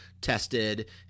tested